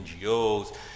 NGOs